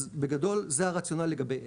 אז בגדול זה הרציונל לגבי אלה.